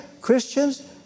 Christians